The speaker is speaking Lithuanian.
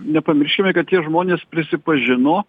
nepamirškime kad tie žmonės prisipažino